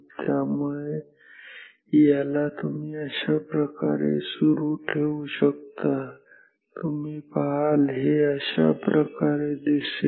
त्यामुळे याला तुम्ही अशाप्रकारे सुरू ठेवू शकता तुम्ही पहाल हे अशा प्रकारे दिसेल